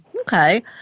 Okay